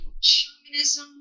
Shamanism